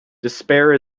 despair